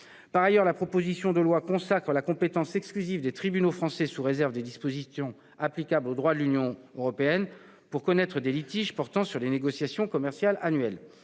Par ailleurs, la proposition de loi consacre la compétence exclusive des tribunaux français, sous réserve des dispositions applicables du droit de l'Union européenne, pour connaître des litiges portant sur les négociations commerciales annuelles.